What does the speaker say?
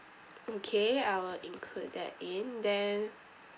okay I will include that in then